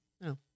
No